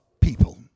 people